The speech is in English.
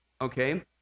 okay